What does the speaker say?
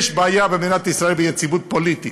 יש בעיה במדינת ישראל ביציבות פוליטית.